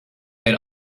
had